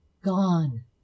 Gone